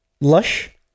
Lush